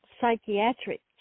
psychiatric